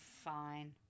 fine